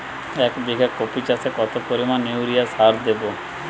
এক বিঘা কপি চাষে কত পরিমাণ ইউরিয়া সার দেবো?